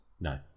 No